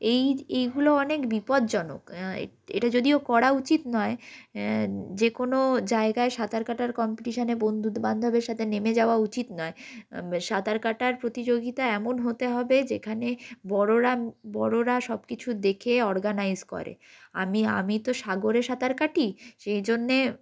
এই এইগুলো অনেক বিপজ্জনক এটা যদিও করা উচিত নয় যে কোনো জায়গায় সাঁতার কাটার কম্পিটিশানে বন্ধুবান্ধবের সাথে নেমে যাওয়া উচিত নয় সাঁতার কাটার প্রতিযোগিতা এমন হতে হবে যেখানে বড়রা বড়রা সব কিছু দেখে অর্গানাইজ করে আমি আমি তো সাগরে সাঁতার কাটি সেই জন্যে